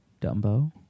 dumbo